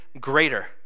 greater